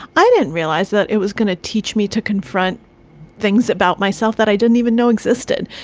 i didn't realize that it was going to teach me to confront things about myself that i didn't even know existed.